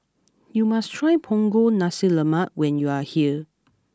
you must try Punggol Nasi Lemak when you are here